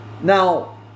Now